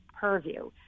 purview